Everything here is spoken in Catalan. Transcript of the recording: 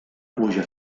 pluja